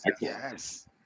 yes